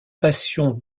passion